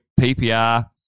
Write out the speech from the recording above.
PPR